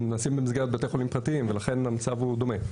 הם נעשים במסגרת בתי חולים פרטיים ולכן המצב הוא דומה.